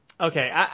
Okay